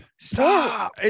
stop